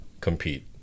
compete